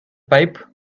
pipe